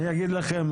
אני אגיד לכם,